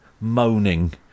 moaning